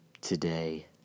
today